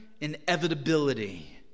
inevitability